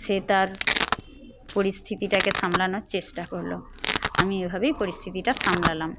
সে তার পরিস্থিতিটাকে সামলানোর চেষ্টা করল আমি এভাবেই পরিস্থিতিটা সামলালাম